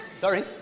Sorry